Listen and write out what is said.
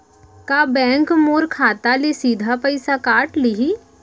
का बैंक मोर खाता ले सीधा पइसा काट लिही?